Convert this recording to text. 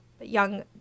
young